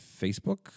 Facebook